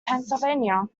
pennsylvania